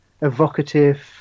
evocative